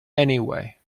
anyway